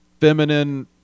feminine